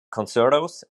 concertos